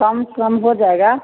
कम कम हो जाएगा